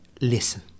listen